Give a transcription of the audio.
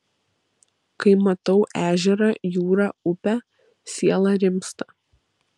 kai matau ežerą jūrą upę siela rimsta